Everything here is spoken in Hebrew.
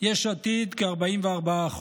יש עתיד, כ-44%,